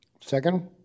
Second